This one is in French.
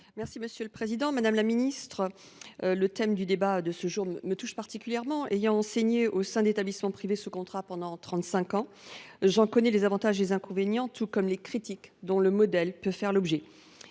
Mme Catherine Belrhiti. Madame la ministre, le thème du débat de ce jour me touche particulièrement. Ayant enseigné au sein d’établissements privés sous contrat pendant trente cinq ans, j’en connais les avantages et les inconvénients, tout comme les critiques dont le modèle peut faire l’objet.